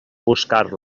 buscar